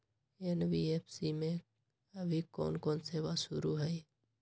NBFC में अभी कोन कोन सेवा शुरु हई?